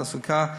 תעסוקה,